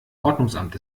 ordnungsamt